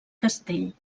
castell